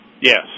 Yes